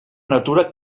natura